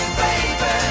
baby